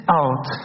out